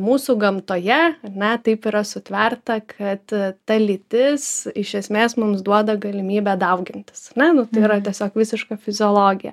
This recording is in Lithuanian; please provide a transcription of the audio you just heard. mūsų gamtoje ar ne taip yra sutverta kad ta lytis iš esmės mums duoda galimybę daugintis na nu tai yra tiesiog visiška fiziologija